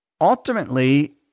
Ultimately